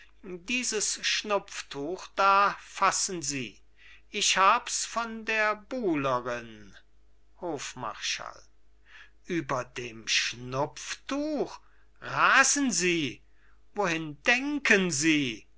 dieses schnupftuch da fassen sie ich hab's von der buhlerin hofmarschall über dem schnupftuch rasen sie wohin denken sie